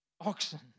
Oxen